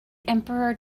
emperor